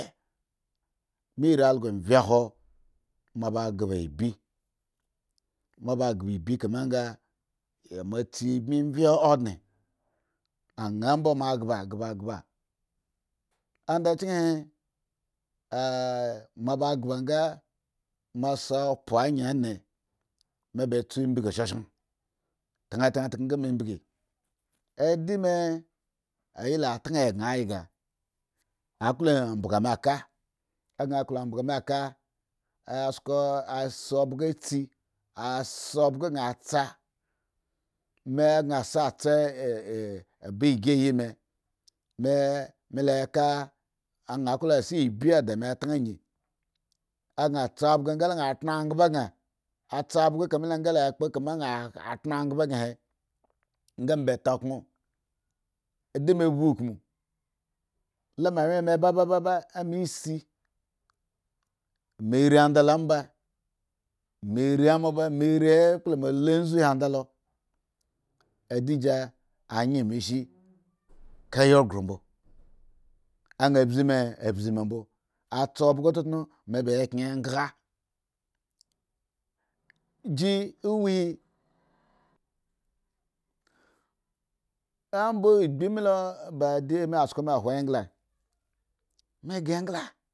Mbiri algo rye khwo mo ba gbga ibii kame nga moba tsi mbi vye odne anga mbo mo gba gba. onda chen he mo ba gba nga mo ba si opha ayin a ne meba tso mbga shushun tan tan nga me be mbge. ayala tan agan ayaa klo mbga me ka agan klo mbgo me ka ase a se obgo gan tsa me gan ba giyime me la ka gon klo se mbi da me tan ayin agan tsa abgo ngala an kpren angba gan kpo eka me lo nga kama an kpren eka henga me bata obgo adime a bihu ogum ame anwyye aba baba ame anwye he ame si meri onda lo amo ba me ri amoba meri ekpla mo loa zuu ondalo adigi ayen me shi kayi ghro mbo anga a bzi me a bzi mbo atsa obgo totno me ba kyen ye auguhre ji unuhi omba ogbi lo adime asko me ahwo engla.